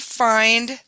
find